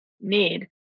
need